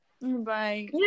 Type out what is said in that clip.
Bye